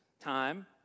time